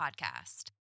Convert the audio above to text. podcast